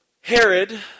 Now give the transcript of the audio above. Herod